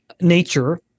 nature